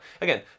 again